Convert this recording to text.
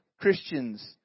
Christians